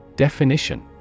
Definition